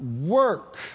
work